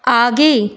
आगे